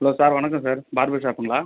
hello sir வணக்கம் sir barber ஷாப்புங்களா